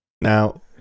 Now